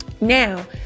Now